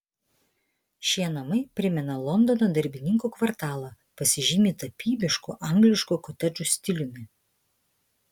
šie namai primena londono darbininkų kvartalą pasižymi tapybišku angliškų kotedžų stiliumi